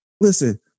listen